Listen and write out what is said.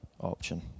option